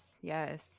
yes